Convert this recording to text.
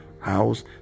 house